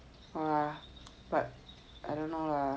!wah! but I don't know lah